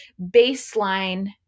baseline